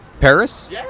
Paris